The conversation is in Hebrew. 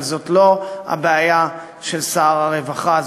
אבל זאת לא הבעיה של שר הרווחה,